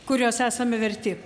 kurios esame verti